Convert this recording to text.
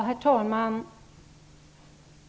Herr talman!